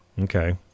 Okay